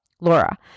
laura